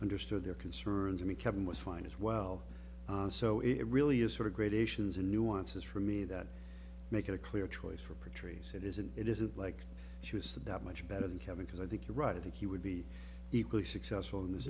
understood their concerns me kevin was fine as well so it really is sort of gradations and nuances for me that make it a clear choice for patrice it is and it isn't like she was that much better than kevin because i think you're right i think he would be equally successful in this